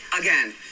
again